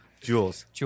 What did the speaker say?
Jules